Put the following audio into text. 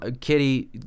kitty